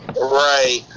Right